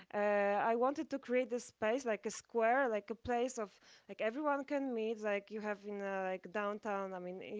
i wanted to create this space like a square, like a place of like everyone can meet, like you have in ah like downtown. i mean,